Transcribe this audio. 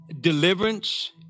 deliverance